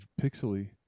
pixely